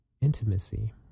intimacy